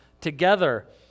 together